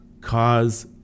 cause